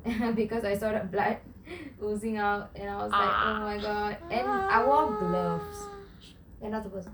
and because I saw the blood oozing out and I was like oh my god and I wore gloves என்னதுக்கோ:ennathukko